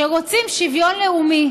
שרוצים שוויון לאומי.